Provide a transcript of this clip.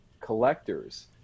collectors